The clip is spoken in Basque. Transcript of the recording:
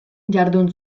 jardun